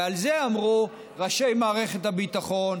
ועל זה אמרו ראשי מערכת הביטחון,